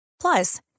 Plus